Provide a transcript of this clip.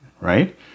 right